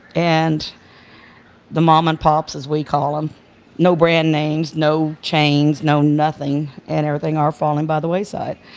and the mom and pops as we call them no brand names, no chains, no nothing and everything are falling by the wayside.